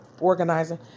organizing